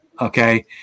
okay